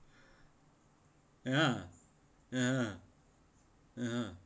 ya ya ya